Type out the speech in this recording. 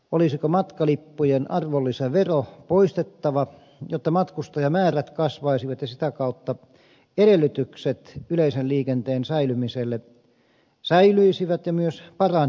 olisiko matkalippujen arvonlisävero poistettava jotta matkustajamäärät kasvaisivat ja sitä kautta edellytykset yleisen liikenteen säilymiselle säilyisivät ja myös paranisivat